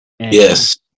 Yes